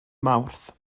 mawrth